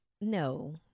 No